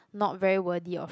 not very worthy of